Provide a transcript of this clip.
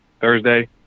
Thursday